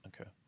Okay